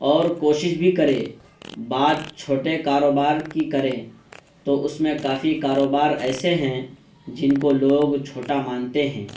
اور کوشش بھی کرے بات چھوٹے کاروبار کی کریں تو اس میں کافی کاروبار ایسے ہیں جن کو لوگ چھوٹا مانتے ہیں